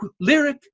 lyric